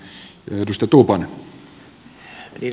arvoisa puhemies